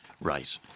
right